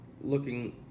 looking